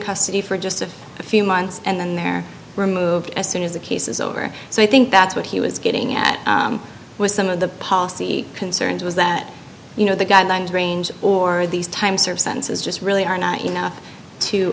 custody for just a few months and then they're removed as soon as the case is over so i think that's what he was getting at was some of the policy concerns was that you know the guidelines range or these times are sentences just really are not